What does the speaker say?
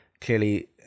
Clearly